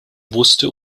wusste